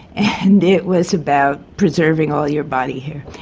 and it was about preserving all your body hair.